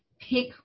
pick